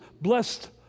blessed